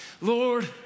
Lord